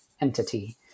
Entity